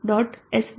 net input pv